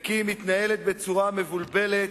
וכי היא מתנהלת בצורה מבולבלת,